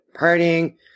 partying